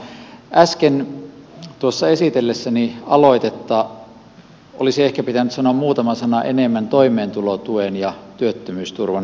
äsken tuossa esitellessäni aloitetta olisi ehkä pitänyt sanoa muutama sana enemmän toimeentulotuen ja työttömyysturvan yhteensovituksesta